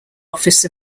office